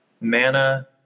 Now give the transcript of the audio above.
MANA